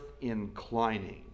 inclining